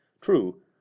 True